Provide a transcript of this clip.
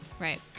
Right